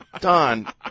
Don